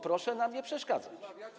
Proszę nam nie przeszkadzać.